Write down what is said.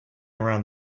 around